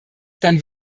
dann